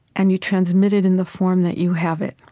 and you transmit it in the form that you have it.